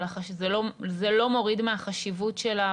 אבל זה לא מוריד מהחשיבות שלה